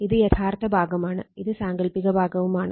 ഇത് യഥാർത്ഥ ഭാഗമാണ് ഇത് സാങ്കൽപ്പിക ഭാഗവുമാണ്